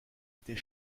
était